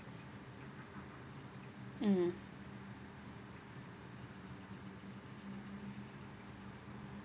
mm